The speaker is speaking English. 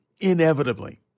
inevitably